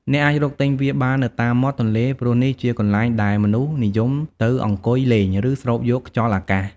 អ្នកអាចរកទិញវាបាននៅតាមមាត់ទន្លេ ព្រោះនេះជាកន្លែងដែលមនុស្សនិយមទៅអង្គុយលេង ឬស្រូបយកខ្យល់អាកាស។